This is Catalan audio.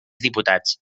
diputats